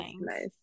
nice